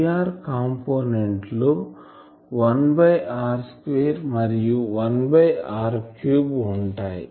Er component లో1 by r2 మరియు 1 by r 3 ఉంటాయి